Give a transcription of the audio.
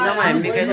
EMI क्या है?